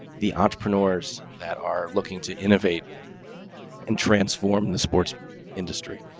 the entrepreneurs that are looking to innovate and transforming the sports industry.